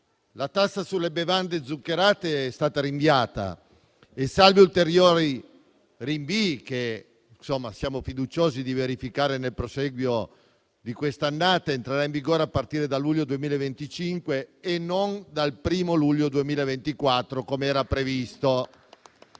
La tassa sulle bevande zuccherate è stata rinviata e, salvi ulteriori rinvii, che siamo fiduciosi di verificare nel prosieguo di questa annata, entrerà in vigore a partire dal luglio 2025 e non dal 1° luglio 2024, com'era previsto;